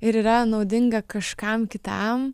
ir yra naudinga kažkam kitam